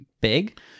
big